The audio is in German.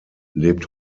lebt